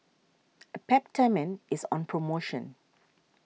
a Peptamen is on promotion